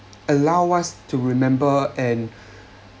allow us to remember and